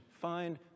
find